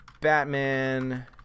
Batman